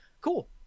Cool